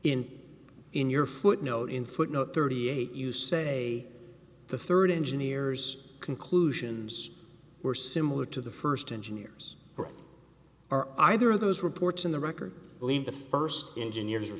in in your footnote in footnote thirty eight you say the third engineers conclusions were similar to the first engineers are either of those reports in the record believe the first engineers